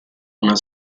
una